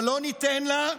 אבל לא ניתן לה.